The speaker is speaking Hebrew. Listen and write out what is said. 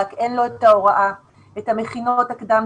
רק אין לו את ההוראה ואת המכינות הקדם-צבאיות.